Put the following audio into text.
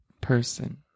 person